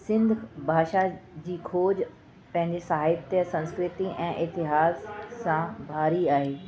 सिंध भाषा जी खोज पंहिंजे साहित्य संस्कृती ऐं इतिहास सां भारी आहे